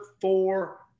four